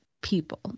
people